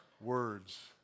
words